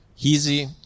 easy